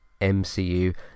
mcu